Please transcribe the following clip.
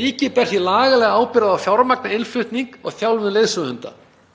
Ríkið ber því lagalega ábyrgð á að fjármagna innflutning og þjálfun leiðsöguhunda.